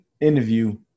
interview